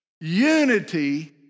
Unity